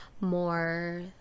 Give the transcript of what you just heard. more